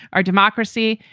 our democracy,